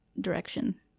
direction